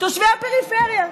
תושבי הפריפריה.